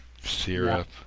Syrup